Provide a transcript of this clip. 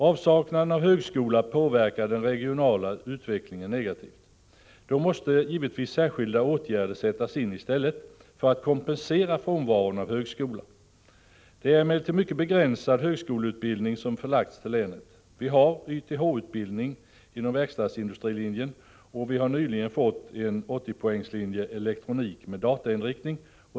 Avsaknaden av en högskola påverkar den regionala utvecklingen negativt. Då måste givetvis särskilda åtgärder sättas in för att kompensera frånvaron av en högskola. Det är en mycket begränsad högskoleutbildning som förlagts till länet. Vi har YTH-utbildning inom verkstadslinjen, och vi har nyligen fått 80 poängslinjen Elektronik med datainriktning.